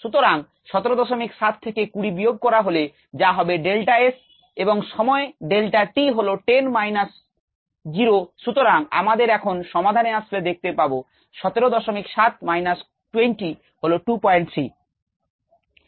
সুতরাং 177 থেকে 20 বিয়োগ করা হলে যা হবে ডেল্টা s এবং সময় ডেল্টা t হল 10 মাইনাস 0 সুতরাং আমাদের এখন সমাধানে আসলে দেখতে পাবো 177 মাইনাস 20 হল 23